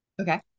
Okay